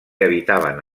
habitaven